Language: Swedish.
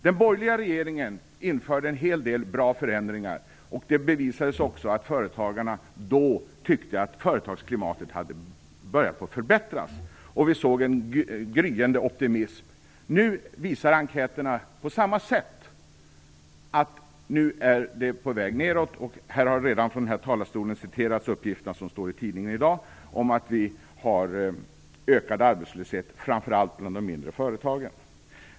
Den borgerliga regeringen införde en hel del bra förändringar, och det bevisades också av att företagarna då tyckte att företagsklimatet hade börjat förbättras. Vi såg en gryende optimism. Nu visar enkäterna på samma sätt att det är på väg nedåt. Här har redan från talarstolen citerats de uppgifter som står i tidningen i dag om att det är ökad arbetslöshet framför allt bland de mindre företagen.